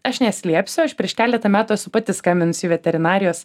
aš neslėpsiu aš prieš keletą metų esu pati skambinsi į veterinarijos